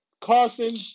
Carson